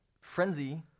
frenzy